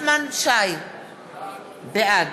בעד